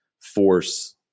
force